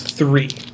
three